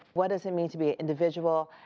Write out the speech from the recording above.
what does it mean to be an individual?